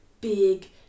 big